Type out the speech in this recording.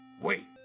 Wait